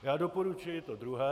Já doporučuji to druhé.